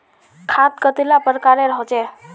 खाद कतेला प्रकारेर होचे?